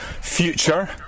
future